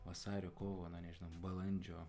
vasario kovo na nežinau balandžio